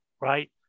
right